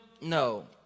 no